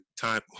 time